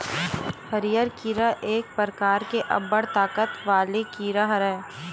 हरियर कीरा एक परकार के अब्बड़ ताकत वाले कीरा हरय